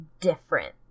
different